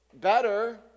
better